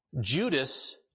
Judas